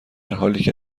حالیکه